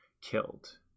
killed